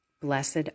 Blessed